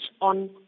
on